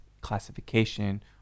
classification